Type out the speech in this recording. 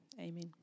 amen